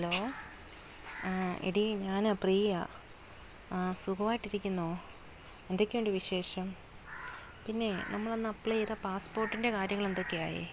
hello ആ എടീ ഞാനാണ് പ്രിയ ആണ് ആ സുഖമായിട്ട് ഇരിക്കുന്നോ എന്തൊക്കെ ഉണ്ട് വിശേഷം പിന്നേ നമ്മൾ അന്ന് അപ്ലൈ ചെയ്ത പാസ്പോർട്ടിന്റെ കാര്യങ്ങൾ എന്തൊക്കെ ആയി